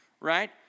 right